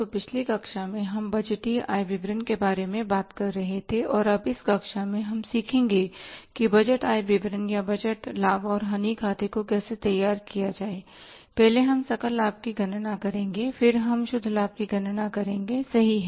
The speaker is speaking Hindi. तो पिछली कक्षा में हम बजटीय आय विवरण के बारे में बात कर रहे थे और अब इस कक्षा में हम सीखेंगे कि बजट आय विवरण या बजट लाभ और हानि खाते को कैसे तैयार किया जाए पहले हम सकल लाभ की गणना करेंगे और फिर हम शुद्ध लाभ की गणना करेंगे सही है